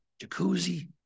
jacuzzi